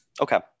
okay